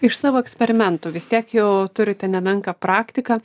iš savo eksperimentų vis tiek jau turite nemenką praktiką